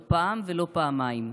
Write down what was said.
לא פעם ולא פעמיים.